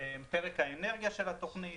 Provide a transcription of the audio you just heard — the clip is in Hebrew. פרק האנרגיה של התוכנית.